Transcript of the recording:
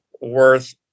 worth